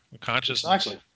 consciousness